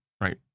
right